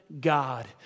God